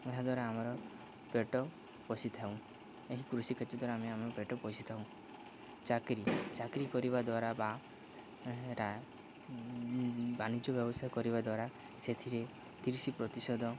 ଏହାଦ୍ୱାରା ଆମର ପେଟ ପୋଷିଥାଉ ଏହି କୃଷି ଦ୍ୱାରା ଆମେ ଆମେ ପେଟ ପୋଷିଥାଉ ଚାକିରୀ ଚାକିରୀ କରିବା ଦ୍ୱାରା ବା ବାଣିଜ୍ୟ ବ୍ୟବସାୟ କରିବା ଦ୍ୱାରା ସେଥିରେ ତିରିଶି ପ୍ରତିଶତ